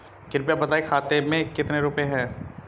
कृपया बताएं खाते में कितने रुपए हैं?